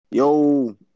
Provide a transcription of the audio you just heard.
Yo